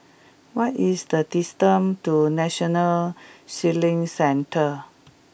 what is the distance to National Sailing Centre